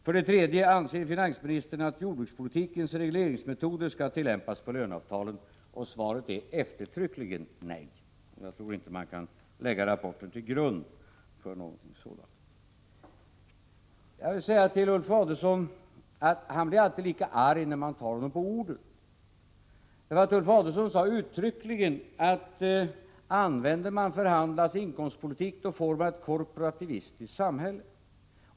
För det tredje: Anser finansministern att jordbrukspolitikens regleringsmetod skall tillämpas på löneavtalen? Svaret är eftertryckligen nej. Jag tror inte att man kan lägga rapporten till grund för någonting sådant. Ulf Adelsohn blir alltid lika arg när man tar honom på orden. Ulf Adelsohn sade uttryckligen, att om man använder denna inkomstpolitik, får man ett korporativistiskt samhälle.